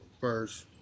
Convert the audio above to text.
first